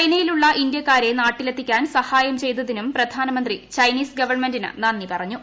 ചൈനയിലുളള ഇന്ത്യാക്കാരെ നാട്ടിലെത്തിക്കാൻ സഹായം ചെയ്തതിനും പ്രധാനമന്ത്രി ചൈനീസ് ഗവൺമെന്റിന് നന്ദി പറഞ്ഞു